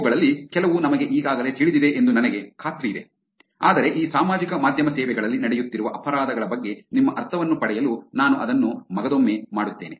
ಇವುಗಳಲ್ಲಿ ಕೆಲವು ನಮಗೆ ಈಗಾಗಲೇ ತಿಳಿದಿದೆ ಎಂದು ನನಗೆ ಖಾತ್ರಿಯಿದೆ ಆದರೆ ಈ ಸಾಮಾಜಿಕ ಮಾಧ್ಯಮ ಸೇವೆಗಳಲ್ಲಿ ನಡೆಯುತ್ತಿರುವ ಅಪರಾಧಗಳ ಬಗ್ಗೆ ನಿಮ್ಮ ಅರ್ಥವನ್ನು ಪಡೆಯಲು ನಾನು ಅದನ್ನು ಮಗದೊಮ್ಮೆ ಮಾಡುತ್ತೇನೆ